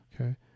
okay